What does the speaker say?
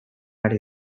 ari